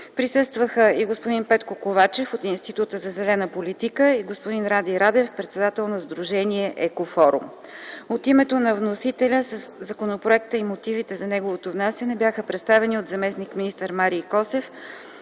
Присъстваха и господин Петко Ковачев от Институт за зелена политика и господин Ради Радев, председател на Сдружение „Екофорум”. От името на вносителя законопроекта и мотивите за неговото внасяне бяха представени от заместник-министър Марий Косев,